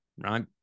Right